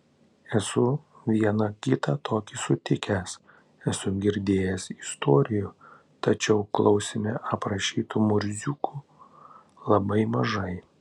esu vieną kitą tokį sutikęs esu girdėjęs istorijų tačiau klausime aprašytų murziukų labai mažai